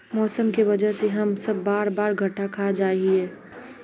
मौसम के वजह से हम सब बार बार घटा खा जाए हीये?